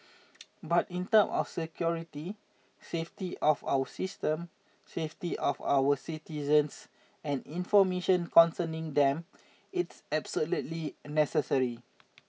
but in terms of security safety of our system safety of our citizens and information concerning them it's absolutely necessary